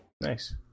Nice